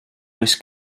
oes